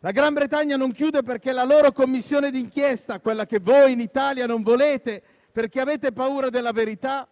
La Gran Bretagna non chiude perché la loro Commissione d'inchiesta, quella che voi in Italia non volete perché avete paura della verità,